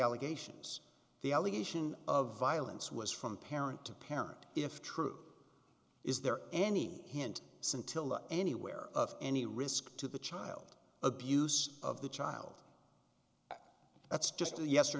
allegations the allegation of violence was from parent to parent if true is there any hint scintilla anywhere of any risk to the child abuse of the child that's just a yes or